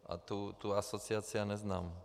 A tu asociaci já neznám.